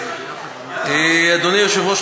אדוני היושב-ראש,